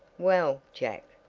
well jack,